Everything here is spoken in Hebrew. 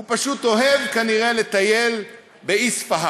הוא פשוט אוהב כנראה לטייל באיספהאן,